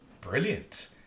Brilliant